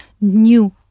new